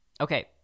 Okay